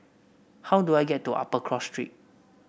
how do I get to Upper Cross Street